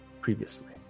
previously